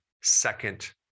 second